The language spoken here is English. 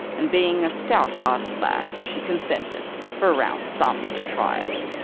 and being a stouthearted lass she consented, for a round sum, to try it.